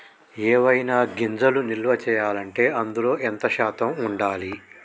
ఏవైనా గింజలు నిల్వ చేయాలంటే అందులో ఎంత శాతం ఉండాలి?